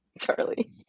Charlie